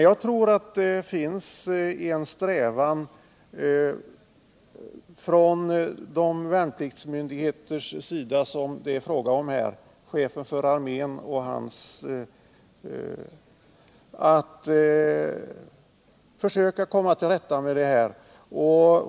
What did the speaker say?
Jag tror emellertid att det från värnpliktsmyndigheternas sida finns en strävan att komma till rätta med detta problem.